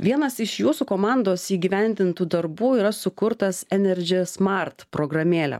vienas iš jūsų komandos įgyvendintų darbų yra sukurtas energysmart programėlė